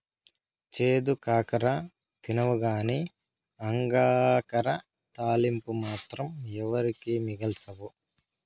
చేదు కాకర తినవుగానీ అంగాకర తాలింపు మాత్రం ఎవరికీ మిగల్సవు